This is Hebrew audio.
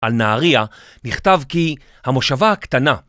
על נהריה נכתב כי המושבה הקטנה.